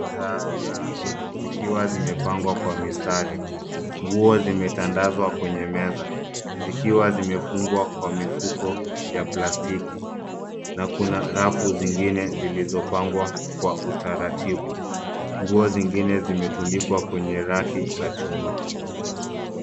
Bidhaa zikiwa zimepangwa kwa mistari. Nguo zimetandazwa kwenye meza, zikiwa zimefungwa kwa mifuko ya plastiki, na kuna rafu zingine zilizopangwa kwa utaratibu. Nguo zingine zimetundikwa kwenye raki za chuma.